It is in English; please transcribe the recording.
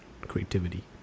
creativity